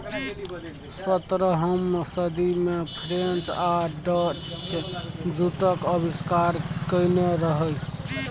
सतरहम सदी मे फ्रेंच आ डच जुटक आविष्कार केने रहय